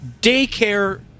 daycare